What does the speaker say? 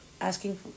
asking